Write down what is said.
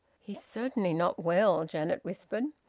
he's certainly not well, janet whispered.